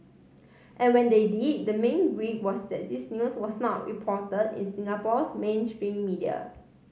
and when they did the main gripe was that this news was not report in Singapore's mainstream media